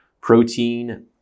protein